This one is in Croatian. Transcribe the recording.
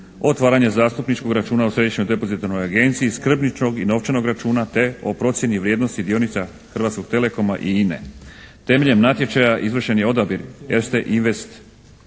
otvaranje zastupničkog računa u Središnjoj depozitarnoj agenciji, skrbničkog i novčanog računa te o procjeni vrijednosti dionica Hrvatskog telekoma i INA-e. Temeljem natječaja izvršen je odabir Erste Invest